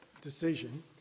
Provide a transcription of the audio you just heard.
decision